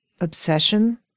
obsession